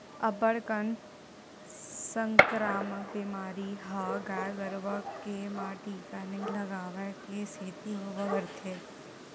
अब्बड़ कन संकरामक बेमारी ह गाय गरुवा के म टीका नइ लगवाए के सेती बगरथे